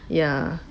ya